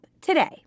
today